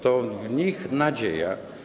To w nich nadzieja.